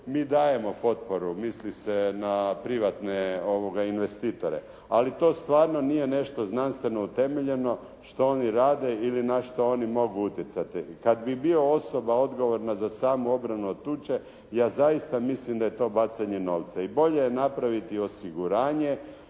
mi dajemo potporu», misli se na privatne investitore « ali to stvarno nije nešto znanstveno utemeljeno što oni rade ili na što oni mogu utjecati. Kad bi bio osoba odgovorna za samu obranu od tuče ja zaista mislim da je to bacanje novca i bolje je napraviti osiguranje